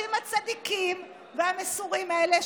כן, תבוא לדבר אחריי, אני אשמח שתבהיר את זה.